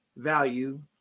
value